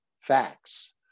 facts